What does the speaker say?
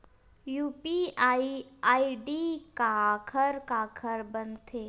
UPI ID काखर काखर बनथे?